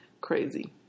Crazy